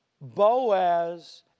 Boaz